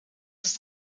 ist